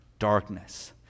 darkness